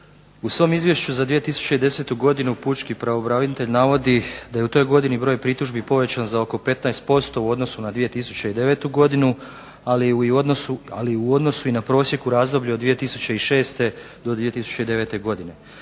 U svom izvješću za 2010. godinu pučki pravobranitelj navodi da je u toj godini broj pritužbi povećan za oko 15% u odnosu na 2009. godinu ali u odnosu na prosjek u razdoblju od 2006. do 2009. godine.